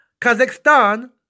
Kazakhstan